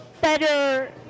better